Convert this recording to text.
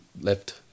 left